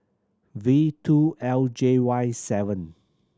V two L J Y seven